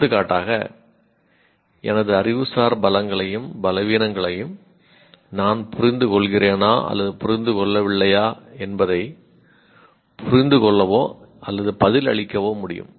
எடுத்துக்காட்டாக எனது அறிவுசார் பலங்களையும் பலவீனங்களையும் நான் புரிந்துகொள்கிறேனா அல்லது புரிந்து கொள்ளவில்லையா என்பதைப் புரிந்துகொள்ளவோ அல்லது பதிலளிக்கவோ முடியும்